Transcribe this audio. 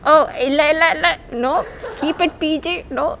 oh இல்லே இல்லே இல்லே:illae illae illae no keep it P_G no